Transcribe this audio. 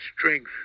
strength